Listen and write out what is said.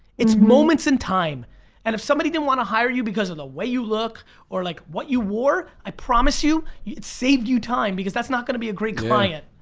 it's moments in time and if somebody didn't want to hire you because of the way you look or like what you wore, i promise you you it saved you time because that's not gonna be a great client.